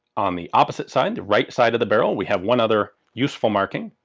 on the opposite side, the right side of the barrel, we have one other useful marking.